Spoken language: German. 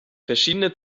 verschiedene